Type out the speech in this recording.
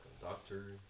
doctor